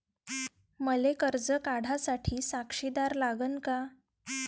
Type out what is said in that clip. मले कर्ज काढा साठी साक्षीदार लागन का?